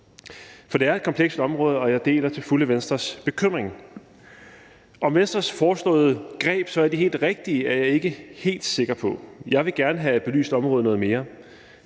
for det er et komplekst område, og jeg deler til fulde Venstres bekymring. Om Venstres foreslåede greb så er de helt rigtige, er jeg ikke helt sikker på. Jeg vil gerne have belyst området noget mere: